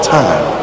time